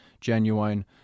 genuine